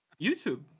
YouTube